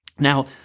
Now